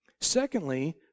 Secondly